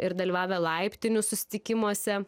ir dalyvavę laiptinių susitikimuose